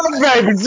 baby